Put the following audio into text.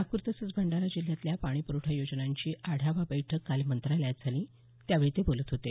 नागपूर तसंच भंडारा जिल्ह्यातल्या पाणी पूरवठा योजनांची आढावा बैठक काल मंत्रालयात झाली त्यावेळी ते बोलत होते